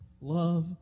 Love